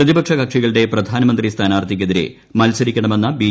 പ്രതിപക്ഷ കക്ഷികളുടെ പ്രധാനമന്ത്രി സ്ഥാനാർത്ഥിക്കെതിരെ മത്സരിക്കണമെന്ന ബി